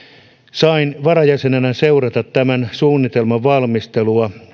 sain varajäsenenä seurata tämän suunnitelman valmistelua